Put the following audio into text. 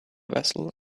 vessel